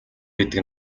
гэдэг